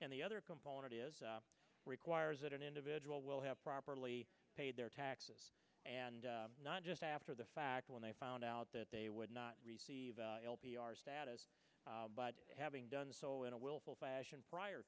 and the other component is requires that an individual will have properly paid their taxes and not just after the fact when they found out that they would not receive l p r status but having done so in a willful fashion prior